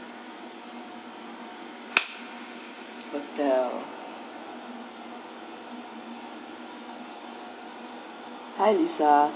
hotel hi lisa